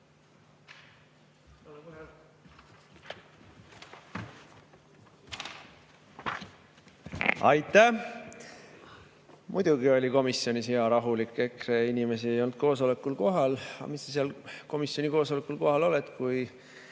Aitäh! Muidugi oli komisjonis hea rahulik, EKRE inimesi ei olnud koosolekul kohal. Aga mis sa seal komisjoni koosolekul kohal oled, kui